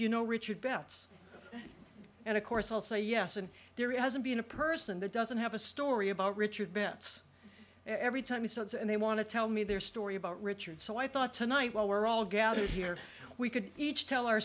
you know richard betts and of course i'll say yes and there hasn't been a person that doesn't have a story about richard betts every time he starts and they want to tell me their story about richard so i thought tonight while we're all gathered here we could each tell